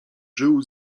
żył